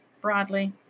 broadly